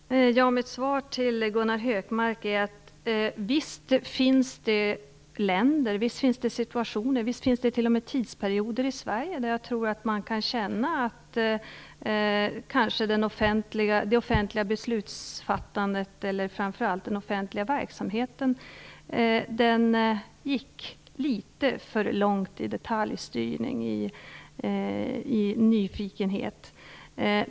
Herr talman! Mitt svar till Gunnar Hökmark är: Visst finns det länder och situationer - och t.o.m. tidsperioder i Sverige - där jag tror att man kan känna att det offentliga beslutsfattandet, framför allt den offentliga verksamheten, kanske gick litet för långt i detaljstyrning och nyfikenhet.